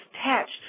attached